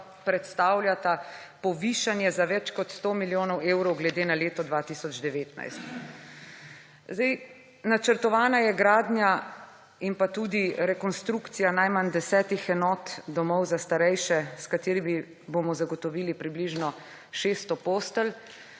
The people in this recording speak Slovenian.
predstavljata povišanje za več kot 100 milijonov evrov glede na leto 2019. Načrtovana je gradnja in tudi rekonstrukcija najmanj 10 enot domov za starejše, s katerimi bomo zagotovili približno 600 postelj.